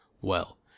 Well